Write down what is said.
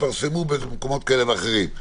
שהתפרסמו במקומות כאלה ואחרים.